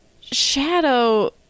shadow